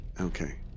okay